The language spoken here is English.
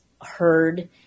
heard